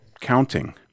Counting